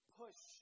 push